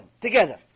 together